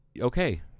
okay